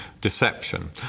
deception